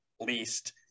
least